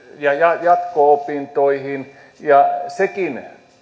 jatko opintoihin ja sekin